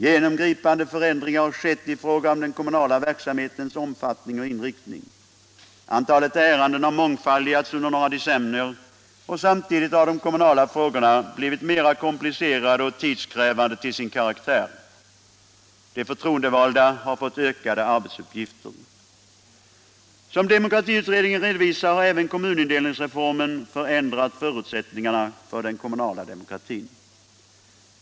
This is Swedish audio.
Genomgripande förändringar har skett i fråga om den kommunala verksamhetens omfattning och inriktning. Antalet ärenden har mångfaldigats under några decennier, och samtidigt har de kommunala frågorna blivit mera komplicerade och tidskrävande till sin karaktär. De förtroendevalda har fått ökade arbetsuppgifter. Som demokratiutredningen redovisar har även kommunindelningsreformen förändrat förutsättningarna för den kommunala demokratin.